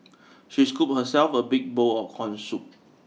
she scooped herself a big bowl of corn soup